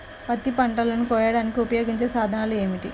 పత్తి పంటలను కోయడానికి ఉపయోగించే సాధనాలు ఏమిటీ?